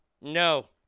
No